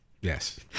Yes